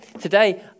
Today